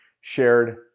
shared